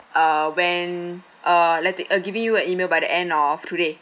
uh when uh letti~ uh giving you a email by the end of today